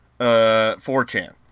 4chan